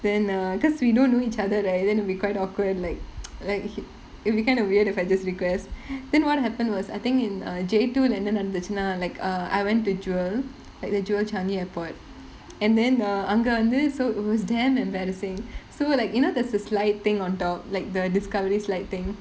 then err because we don't know each other right then it'll be quite awkward like like i~ it'll be kind of weird if I just request then what happened was I think in err J two leh என்ன நடந்துச்சினா:enna nadanthucheenaa like uh I went to jewel like the jewel changi airport and then அங்க வந்து:anga vanthu so it was damn embarrassing so like you know there's a slide thing on top like the discovery slide thing